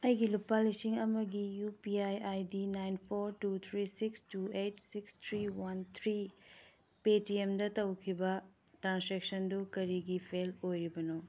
ꯑꯩꯒꯤ ꯂꯨꯄꯥ ꯂꯤꯁꯤꯡ ꯑꯃꯒꯤ U P I I D nine four two three six two eight six three one three ꯄꯦ ꯇꯤ ꯑꯦꯝꯗ ꯇꯧꯈꯤꯕ ꯇ꯭ꯔꯥꯟꯁꯦꯛꯁꯟꯗꯨ ꯀꯔꯤꯒꯤ ꯐꯦꯜ ꯑꯣꯏꯔꯤꯕꯅꯣ